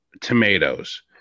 tomatoes